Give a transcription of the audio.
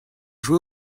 jouez